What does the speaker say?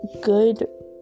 good